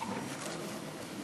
(תיקוני חקיקה)